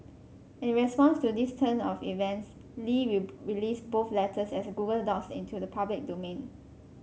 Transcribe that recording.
in response to this turn of events Li released both letters as Google docs into the public domain